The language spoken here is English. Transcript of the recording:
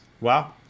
Wow